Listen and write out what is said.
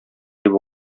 дип